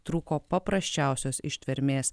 trūko paprasčiausios ištvermės